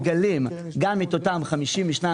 הוא מגלם בתוכו גם את דמי הניכוי של דמי ביטוח.